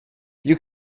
you